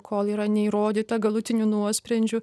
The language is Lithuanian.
kol yra neįrodyta galutiniu nuosprendžiu